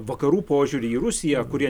vakarų požiūrį į rusiją kurie